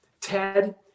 Ted